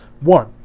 One